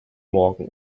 morgen